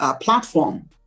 platform